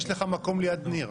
התשפ"ב,